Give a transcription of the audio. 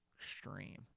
extreme